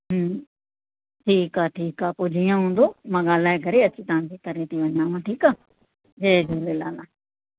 ठीकु आहे ठीकु आहे पोइ जीअं हूंदो मां ॻाल्हाइ करे अची तांखे करे ती वञाव ठीक आ जय झूलेलाल